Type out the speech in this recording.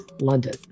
london